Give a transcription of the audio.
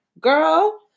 girl